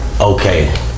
okay